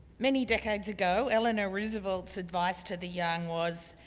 many decades ago, eleanor roosevelt's advice to the young was,